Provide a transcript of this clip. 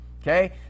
Okay